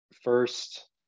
first